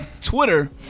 Twitter